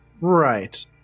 right